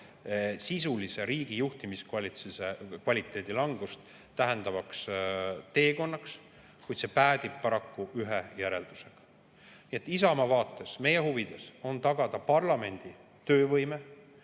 sisulises juhtimiskvaliteedis täiendavat langust, kuid see päädib paraku ühe järeldusega. Isamaa vaates, meie huvides on tagada parlamendi töövõime,